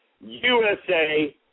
USA